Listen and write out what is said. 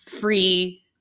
free